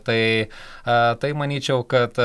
tai a tai manyčiau kad